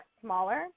smaller